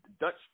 Dutch